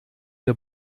der